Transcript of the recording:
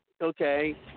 okay